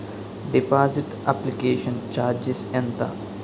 Deposit application charges ఎంత?